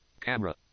Camera